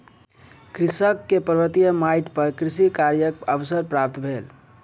कृषक के पर्वतीय माइट पर कृषि कार्यक अवसर प्राप्त भेल